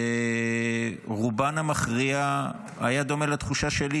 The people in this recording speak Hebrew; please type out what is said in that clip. שרובן המכריע היה דומה לתחושה שלי,